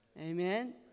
Amen